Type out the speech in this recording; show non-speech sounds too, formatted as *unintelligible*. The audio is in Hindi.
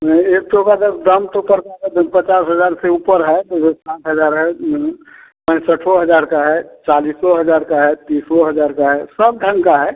नहीं एक ठो का तो दाम तो पड़ जाएगा *unintelligible* पचास हजार से ऊपर है *unintelligible* सात हजार है पैंसठ हजार का है चालीसो हजार का है तीसो हजार का है सब ढंग का है